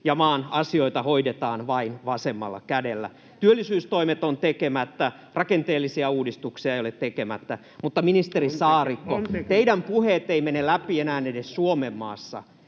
ja maan asioita hoidetaan vain vasemmalla kädellä. Työllisyystoimet ovat tekemättä, rakenteellisia uudistuksia ei ole tehty. Ministeri Saarikko, teidän puheenne eivät mene läpi enää edes Suomenmaassa.